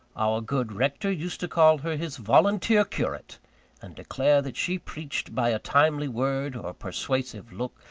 our good rector used to call her his volunteer curate and declare that she preached by a timely word, or a persuasive look,